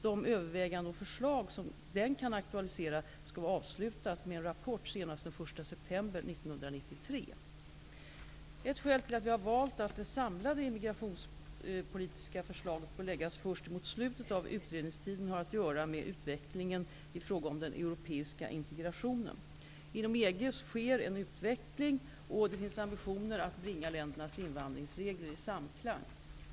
de överväganden och förslag som den kan aktualisera, skall vara avslutad med en rapport senast den 1 Ett skäl till att vi har valt att lägga det samlade immigrationspolitiska förslaget först mot slutet av utredningstiden har att göra med utvecklingen i fråga om den europeiska integrationen. Inom EG sker en utveckling och det finns ambitioner att bringa ländernas invandringsregler i samklang.